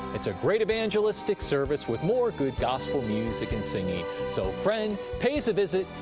it's a great evangelistic service with more good gospel music and singing. so friend, pay us a visit,